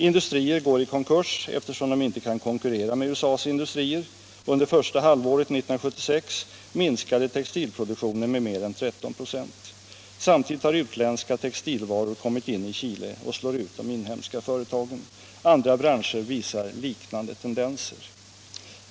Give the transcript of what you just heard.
Industrier går i konkurs, eftersom de inte kan konkurrera med USA:s industrier. Under första halvåret 1976 minskade textilproduktionen med mer än 13 26. Samtidigt har utländska textilvaror kommit in i Chile och slår ut de inhemska företagen. Andra branscher visar liknande tendenser.